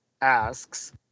asks